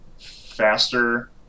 faster